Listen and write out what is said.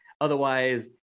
otherwise